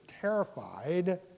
terrified